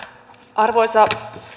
arvoisa